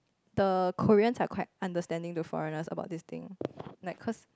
the Koreans are quite understanding to foreigners about this thing like cause